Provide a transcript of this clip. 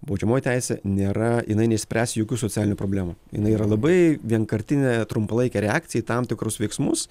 baudžiamoji teisė nėra jinai neišspręs jokių socialinių problemų jinai yra labai vienkartinė trumpalaikė reakcija į tam tikrus veiksmus